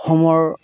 অসমৰ